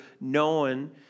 known